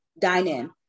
dine-in